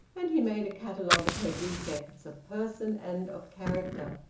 and he made a catalogue of her defects of person and of character.